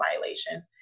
violations